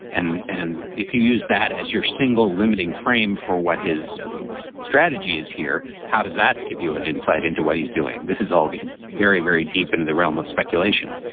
and and if you use that as your single limiting frame for what his strategy is here, how does that give you an insight into what he's doing? this is all and very, very deep into the realm of speculation.